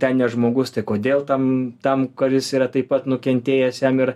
ten ne žmogus tai kodėl tam tam kuris yra taip pat nukentėjęs jam ir